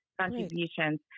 contributions